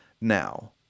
now